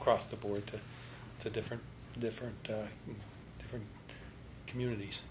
across the board to the different different different communities